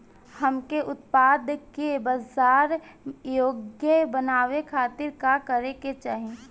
हमके उत्पाद के बाजार योग्य बनावे खातिर का करे के चाहीं?